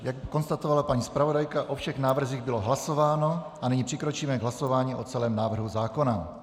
Jak konstatovala paní zpravodajka, o všech návrzích bylo hlasováno a nyní přikročíme k hlasování o celém návrhu zákona.